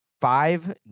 five